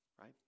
right